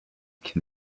can